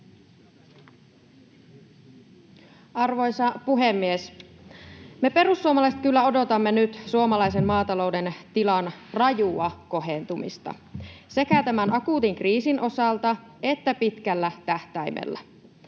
Arvoisa puhemies! Me perussuomalaiset kyllä odotamme nyt suomalaisen maatalouden tilan rajua kohentumista sekä tämän akuutin kriisin osalta että pitkällä tähtäimellä.